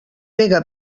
pega